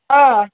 ହଁ